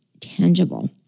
tangible